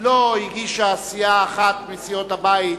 לא הגישה התנגדות אף סיעה אחת מסיעות הבית,